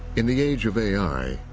in the age of a i,